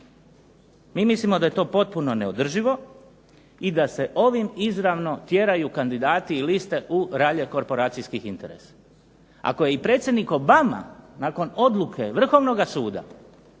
Mi mislimo da je to potpuno neodrživo i da se ovim izravno tjeraju kandidati i liste u ralje korporacijskih interesa. Ako je i predsjednik Obama nakon odluke Vrhovnoga suda